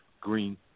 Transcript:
green